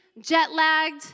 jet-lagged